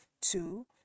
two